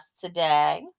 today